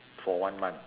for one month